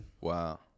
Wow